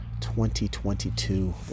2022